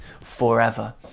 forever